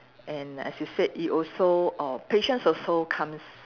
and as you said it also err patience also comes